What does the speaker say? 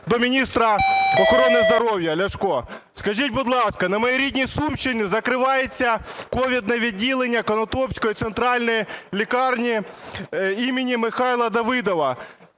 до міністра охорони здоров'я Ляшка. Скажіть, будь ласка, на моїй рідній Сумщині закривається ковідне відділення Конотопської центральної лікарні імені Михайла Давидова.